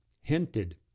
hinted